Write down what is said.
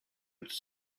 its